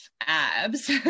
abs